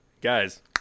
Guys